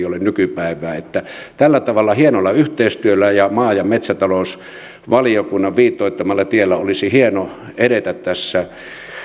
ole nykypäivää tällä tavalla hienolla yhteistyöllä ja maa ja metsätalousvaliokunnan viitoittamalla tiellä olisi hieno edetä tässä